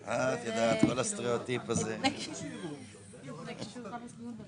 ולכן ניהלנו מאבק על מנת לקבל את מה שמגיע